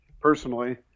personally